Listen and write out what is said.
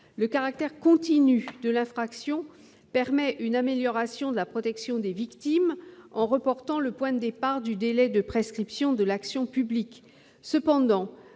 Le caractère continu de l'infraction permet une amélioration de la protection des victimes en reportant le point de départ du délai de prescription de l'action publique. Cependant,